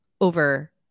over